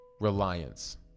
reliance